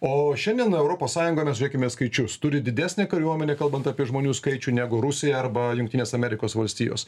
o šiandien europos sąjunga mes žiūrėkime skaičius turi didesnę kariuomenę kalbant apie žmonių skaičių negu rusija arba jungtinės amerikos valstijos